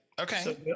Okay